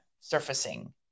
surfacing